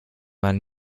man